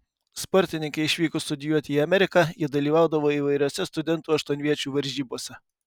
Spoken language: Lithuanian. sportininkei išvykus studijuoti į ameriką ji dalyvaudavo įvairiose studentų aštuonviečių varžybose